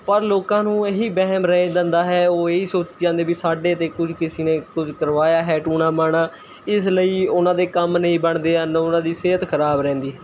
ਪਰ ਲੋਕਾਂ ਨੂੰ ਇਹੀ ਵਹਿਮ ਰਹਿ ਜਾਂਦਾ ਹੈ ਉਹ ਇਹੀ ਸੋਚੀ ਜਾਂਦੇ ਵੀ ਸਾਡੇ 'ਤੇ ਕੁਛ ਕਿਸੀ ਨੇ ਕੁਝ ਕਰਵਾਇਆ ਹੈ ਟੂਣਾ ਮਾਣਾ ਇਸ ਲਈ ਉਹਨਾਂ ਦੇ ਕੰਮ ਨਹੀਂ ਬਣਦੇ ਹਨ ਉਹਨਾਂ ਦੀ ਸਿਹਤ ਖਰਾਬ ਰਹਿੰਦੀ ਹੈ